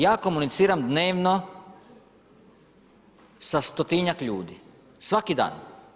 Ja komuniciram dnevno, sa stotinjak ljudi, svaki dan.